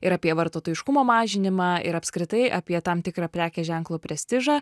ir apie vartotojiškumo mažinimą ir apskritai apie tam tikrą prekės ženklo prestižą